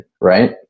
right